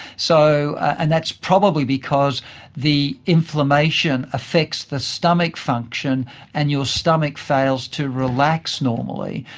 so and that's probably because the inflammation affects the stomach function and your stomach fails to relax normally.